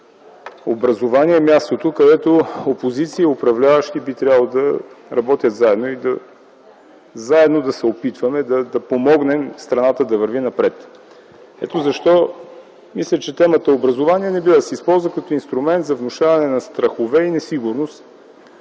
„Образование”, е мястото, където опозиция и управляващи би трябвало да работят заедно и заедно да се опитваме да помогнем страната да върви напред. Ето защо мисля, че темата „Образование” не бива да се използва като инструмент за внушаване на страхове и несигурност,